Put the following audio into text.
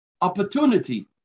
opportunity